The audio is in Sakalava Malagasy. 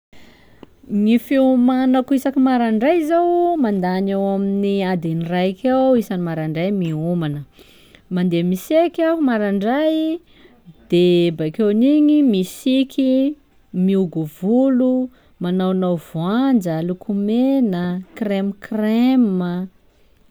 Gny fiomanako isaky marandray zô mandany eo amin'ny adiny raika eo isany marandray miomana, mandeha miseky aho marandray de bakeon'iny misiky, mihogo volo, manaonao voanja, lokomena, creme creme a.